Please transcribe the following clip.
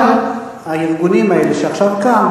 אחד הארגונים האלה שעכשיו קם,